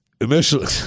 initially